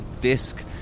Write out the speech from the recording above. disc